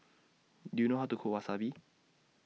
Do YOU know How to Cook Wasabi